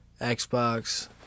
Xbox